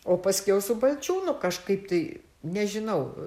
o paskiau su balčiūnu kažkaip tai nežinau